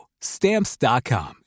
Stamps.com